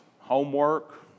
Homework